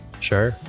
sure